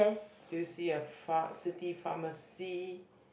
do you see a pha~ city pharmacy